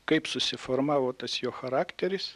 kaip susiformavo tas jo charakteris